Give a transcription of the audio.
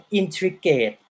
intricate